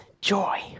joy